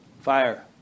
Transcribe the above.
Fire